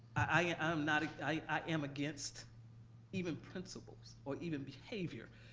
i am not, i am against even principals or even behavior,